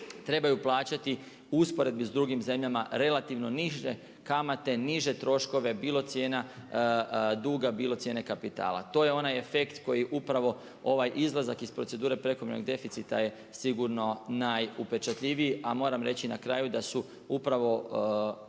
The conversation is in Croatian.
trebaju plaćati u usporedbi s drugim zemljama relativno niže kamate, niže troškove, bilo cijena duga, bilo cijene kapitala. To je onaj efekt koji upravo ovaj izlazak iz procedure prekomjernog deficita je sigurno najupečatljiviji a moram reći na kraju da su upravo